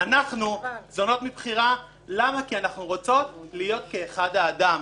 אנחנו זונות מבחירה כי אנחנו רוצות להיות כאחד האדם.